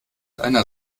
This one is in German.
einer